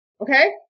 Okay